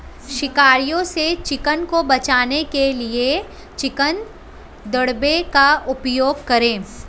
शिकारियों से चिकन को बचाने के लिए चिकन दड़बे का उपयोग करें